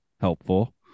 helpful